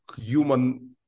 human